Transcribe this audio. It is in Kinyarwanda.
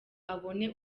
abone